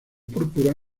púrpura